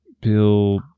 Bill